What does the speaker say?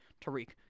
Tariq